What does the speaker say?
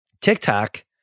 TikTok